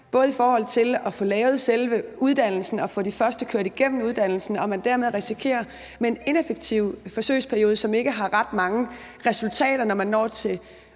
både i forhold til at få lavet selve uddannelsen og få de første kørt igennem uddannelsen, og at man dermed risikerer, at det er en ineffektiv forsøgsperiode, som ikke har ret mange resultater, når man når til udgangen